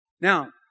Now